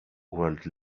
world